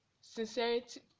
Sincerity